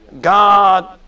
God